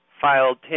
filed